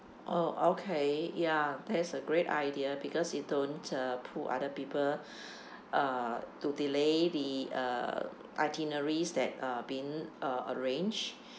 oh okay ya that's a great idea because you don't uh pull other people uh to delay the uh itineraries that uh been uh arranged